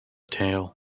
tail